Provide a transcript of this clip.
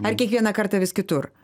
ar kiekvieną kartą vis kitur